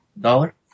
dollar